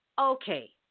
Okay